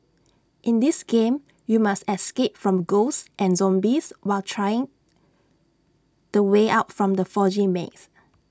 in this game you must escape from ghosts and zombies while try the way out from the foggy maze